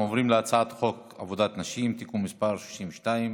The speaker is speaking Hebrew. אנחנו עוברים להצעת חוק עבודת נשים (תיקון מס' 62)